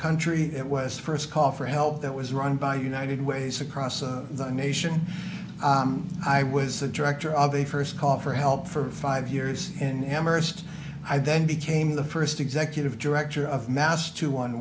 country it was first call for help that was run by united ways across the nation i was the director of a first call for help for five years in amherst i then became the first executive director of mass to one